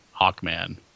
Hawkman